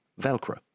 Velcro